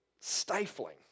stifling